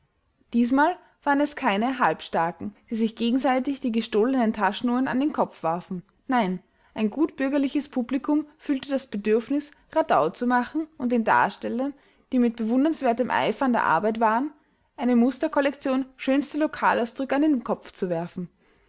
diesmal waren es keine halbstarken die sich gegenseitig die gestohlenen taschenuhren an den kopf warfen nein ein gut bürgerliches publikum fühlte das bedürfnis radau zu machen und den darstellern die mit bewundernswertem eifer an der arbeit waren eine musterkollektion schönster lokalausdrücke an den kopf zu werfen